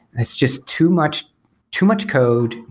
it's just too much too much code,